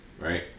Right